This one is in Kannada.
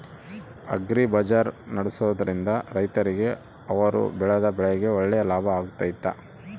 ಅಗ್ರಿ ಬಜಾರ್ ನಡೆಸ್ದೊರಿಂದ ರೈತರಿಗೆ ಅವರು ಬೆಳೆದ ಬೆಳೆಗೆ ಒಳ್ಳೆ ಲಾಭ ಆಗ್ತೈತಾ?